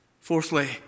Fourthly